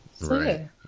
Right